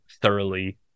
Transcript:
thoroughly